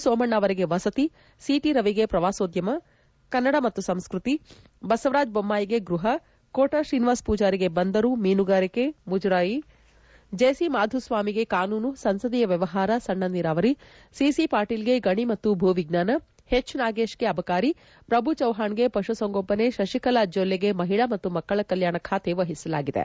ಸೋಮಣ್ಣಗೆ ವಸತಿ ಸಿಟಿ ರವಿಗೆ ಪ್ರವಾಸೋದ್ಯಮ ಕನ್ನಡ ಮತ್ತು ಸಂಸ್ಟ್ರತಿ ಬಸವರಾಜ್ ಬೊಮ್ಮಾಯಿಗೆ ಗೃಹ ಕೋಟ ಶ್ರೀನಿವಾಸ ಪೂಜಾರಿಗೆ ಬಂದರು ಮೀನುಗಾರಿಕೆ ಮುಜರಾಯಿ ಜೆಸಿ ಮಾಧುಸ್ವಾಮಿಗೆ ಕಾನೂನು ಸಂಸದೀಯ ವ್ವವಹಾರ ಸಣ್ಣ ನೀರಾವರಿ ಸಿಸಿ ಪಾಟೀಲ್ಗೆ ಗಣಿ ಮತ್ತು ಭೂವಿಜ್ಞಾನ ಎಚ್ ನಾಗೇಶ್ಗೆ ಅಬಕಾರಿ ಪ್ರಭು ಚೌಹಾಣ್ಗೆ ಪಶು ಸಂಗೋಪನೆ ಶಶಿಕಲಾ ಜೊಲ್ಲೆಗೆ ಮಹಿಳಾ ಮತ್ತು ಮಕ್ಕಳ ಕಲ್ಲಾಣ ಖಾತೆ ವಹಿಸಲಾಗಿದೆ